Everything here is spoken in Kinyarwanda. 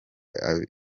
abiba